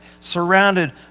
surrounded